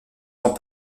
sans